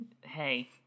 hey